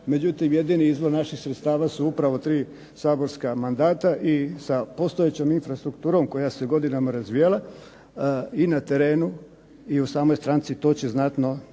međutim jedini izvor naših sredstava su upravo tri saborska mandata i sa postojećom infrastrukturom koja se godinama razvijala i na terenu i u samoj stranci to će znatno dovesti